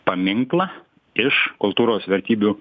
paminklą iš kultūros vertybių